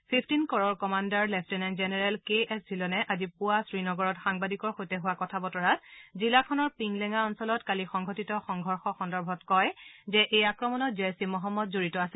fifteen কৰৰ commander lieutenant general K S ডিলনে আজি পুৱা শ্ৰীনগৰত সাংবাদিকৰ সৈতে হোৱা কথা বতৰাত জিলাখনৰ পিংলেনা অঞ্চলত কালি সংঘটিত সংঘৰ্ষ সন্দৰ্ভত কয় যে এই আক্ৰমণত জেইচ ঈ মহম্মদ জড়িত আছিল